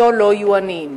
ומשפחתו לא יהיו עניים.